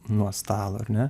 nuo stalo ar ne